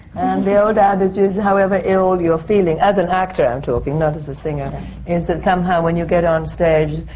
the old adage is, however ill you're feeling as an actor, i'm talking, not as a singer is that somehow, when you get on stage,